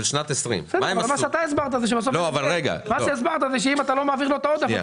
של שנת 2020. אתה הסברת שאם אתה לא מעביר לו את העודף,